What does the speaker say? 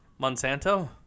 Monsanto